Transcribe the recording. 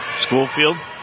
Schoolfield